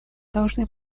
должны